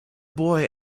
boy